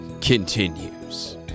continues